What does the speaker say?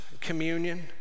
communion